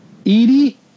Edie